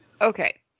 Okay